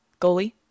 goalie